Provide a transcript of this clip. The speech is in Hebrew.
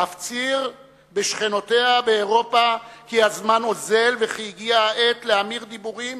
להפציר בשכנותיה באירופה כי הזמן אוזל וכי הגיעה העת להמיר דיבורים